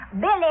Billy